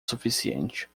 suficiente